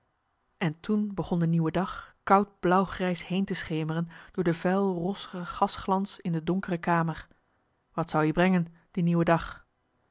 en toen begon de nieuwe dag koud blauwgrijs heen te schemeren door de vuil rossige gasglans in de donkere kamer wat zou i brengen die nieuwe dag